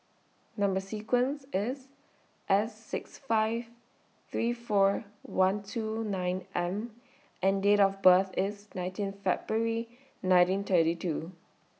Number sequence IS S six five three four one two nine M and Date of birth IS nineteen February nineteen thirty two